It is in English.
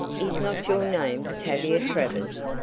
is not your name tavia travers?